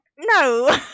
no